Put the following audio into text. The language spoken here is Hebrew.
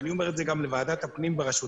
ואני אומר את זה גם לוועדת הפנים בראשותך,